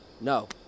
No